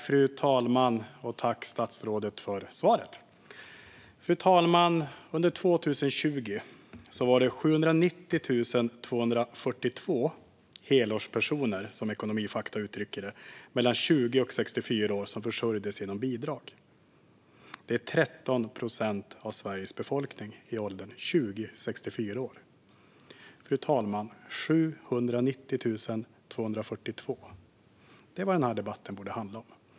Fru talman! Tack, statsrådet, för svaret! Under 2020, fru talman, var det 790 242 helårspersoner, som Ekonomifakta uttrycker det, mellan 20 och 64 år som försörjdes genom bidrag. Det är 13 procent av Sveriges befolkning i åldern 20-64 år. 790 242, fru talman - det är vad den här debatten borde handla om.